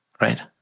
right